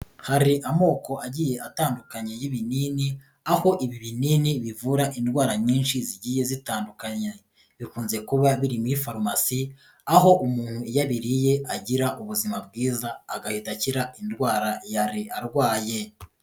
Hari amoko agiye atandukanye y'ibinini, aho ibi binini bivura indwara nyinshi zigiye zitandukanye, bikunze kuba biri muri farumasi, aho umuntu ubiriye agira ubuzima bwiza, agahita akira indwara yari arwaye.